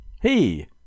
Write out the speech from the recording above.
Hey